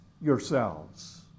yourselves